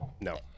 No